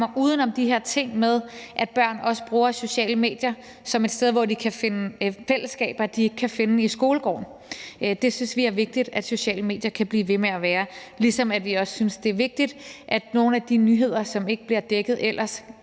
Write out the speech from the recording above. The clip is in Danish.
uden om de her ting med, at børn også bruger sociale medier som et sted, hvor de kan finde fællesskaber, de ikke kan finde i skolegården. Det synes vi er vigtigt at sociale medier kan blive ved med at være, ligesom vi også synes, det er vigtigt, at nogle af de nyheder, som ellers ikke bliver dækket,